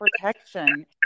protection